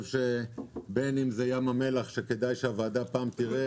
בין זה ים המלח שכדאי שהוועדה תראה פעם,